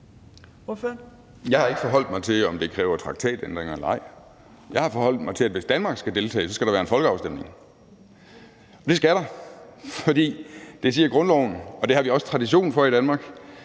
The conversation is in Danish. Jeg har ikke forholdt mig til, om det kræver traktatændringer eller ej. Jeg har forholdt mig til, at hvis Danmark skal deltage, så skal der være en folkeafstemning. Det skal der, for det siger grundloven, og det har vi også tradition for i Danmark.